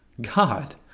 God